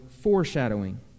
foreshadowing